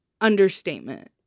understatement